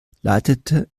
leitete